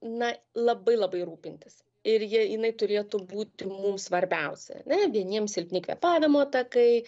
na labai labai rūpintis ir ji jinai turėtų būti mum svarbiausia ane vieniem silpni kvėpavimo takai